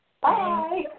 Bye